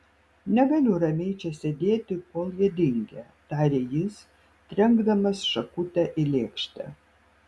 negaliu ramiai čia sėdėti kol jie dingę tarė jis trenkdamas šakutę į lėkštę